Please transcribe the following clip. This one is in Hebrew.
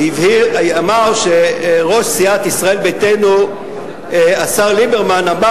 ואמר שראש סיעת ישראל ביתנו השר ליברמן אמר